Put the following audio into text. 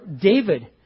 David